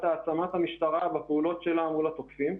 העצמת המשטרה בפעולות שלה מול התוקפים.